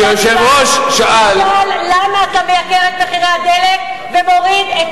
תשאל למה אתה מייקר את מחירי הדלק ומוריד את,